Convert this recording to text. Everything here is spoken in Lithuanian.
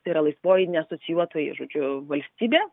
tai yra laisvoji neasocijuotoji žodžiu valstybė